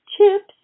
chips